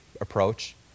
approach